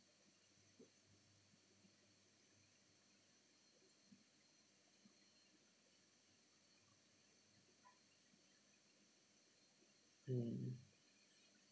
mm